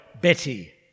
Betty